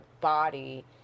body